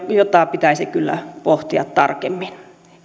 jota pitäisi kyllä pohtia tarkemmin